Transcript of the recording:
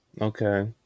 Okay